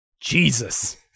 Jesus